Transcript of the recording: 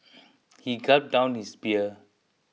he gulped down his beer